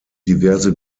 diverse